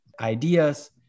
ideas